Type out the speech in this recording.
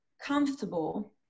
comfortable